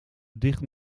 dicht